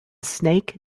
snake